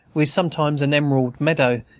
with sometimes an emerald meadow,